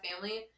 family